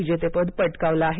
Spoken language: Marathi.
विजेतेपद पटकावलं आहे